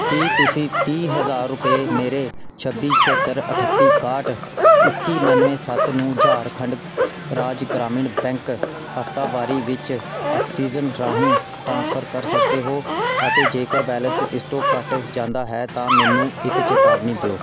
ਕੀ ਤੁਸੀਂਂ ਤੀਹ ਹਜ਼ਾਰ ਰੁਪਏ ਮੇਰੇ ਛੱਬੀ ਛੇਹੱਤਰ ਅਠੱਤੀ ਇਕਾਹਠ ਇੱਕੀ ਉਨਾਣਵੇਂ ਸੱਤ ਨੂੰ ਝਾਰਖੰਡ ਰਾਜ ਗ੍ਰਾਮੀਣ ਬੈਂਕ ਹਫ਼ਤਾਵਾਰੀ ਵਿੱਚ ਆਕਸੀਜਨ ਰਾਹੀਂ ਟ੍ਰਾਂਸਫਰ ਕਰ ਸਕਦੇ ਹੋ ਅਤੇ ਜੇਕਰ ਬੈਲੇਂਸ ਇਸ ਤੋਂ ਘੱਟ ਜਾਂਦਾ ਹੈ ਤਾਂ ਮੈਨੂੰ ਇੱਕ ਚੇਤਾਵਨੀ ਦਿਓ